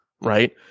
right